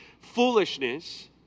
foolishness